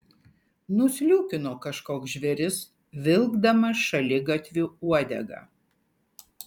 nusliūkino kažkoks žvėris vilkdamas šaligatviu uodegą